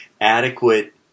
adequate